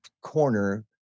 corner